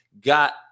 got